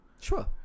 Sure